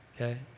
okay